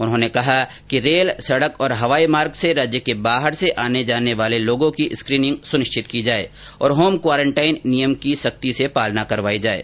उन्होंने कहा कि रेल सड़क और हवाई मार्ग से राज्य के बाहर से आने जोन वाले लोगों की स्क्रिनिंग सुनिश्चित की जाये और होम क्वारेन्टीन नियम की सख्ती से पालना करवाई जाये